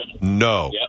No